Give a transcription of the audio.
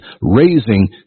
raising